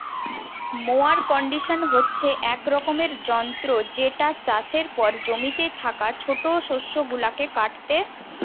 mower condition হচ্ছে এক রকমের যন্ত্র যেটা চাষের পর জমিতে থাকা ছোট শস্য গুলাকে কাটতে থাকে